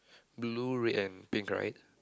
blue red and pink right